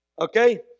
Okay